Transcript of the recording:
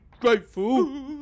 grateful